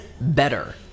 better